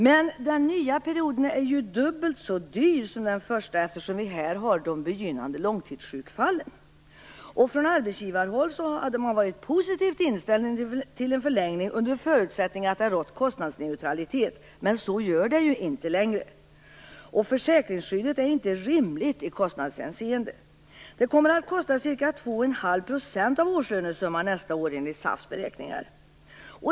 Men den nya perioden är ju dubbelt så dyr som den första, eftersom de begynnande långtidssjukfallen finns här. Från arbetsgivarhåll hade man varit positivt inställd till en förlängning under förutsättning att konstnadsneutralitet rått. Men det gör det inte längre. Försäkringsskyddet är inte rimligt i kostnadshänseende. Det kommer att kosta ca 2,5 % av årslönesumman nästa år enligt SAF:s beräkningar.